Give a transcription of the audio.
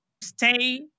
stay